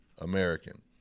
American